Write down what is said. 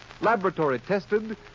laboratory-tested